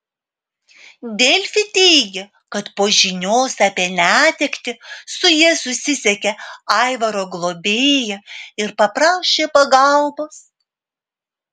delfi teigė kad po žinios apie netektį su ja susisiekė aivaro globėja ir paprašė pagalbos